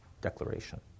declaration